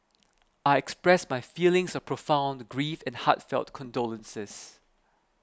I express my feelings of profound grief and heartfelt condolences